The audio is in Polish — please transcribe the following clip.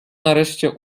nareszcie